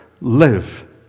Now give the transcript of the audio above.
live